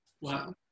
Wow